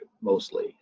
mostly